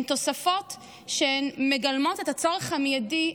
אלה תוספות שמגלמות את הצורך המיידי,